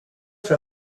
för